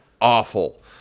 awful